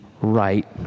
right